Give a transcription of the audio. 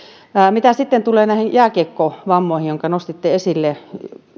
mitä sitten tulee näihin jääkiekkovammoihin jotka nostitte esille